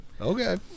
Okay